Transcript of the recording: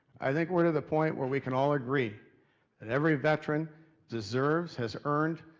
i think we're to the point where we can all agree that every veteran deserves, has earned,